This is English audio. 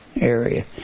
area